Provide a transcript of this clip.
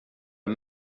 det